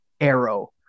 Arrow